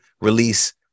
release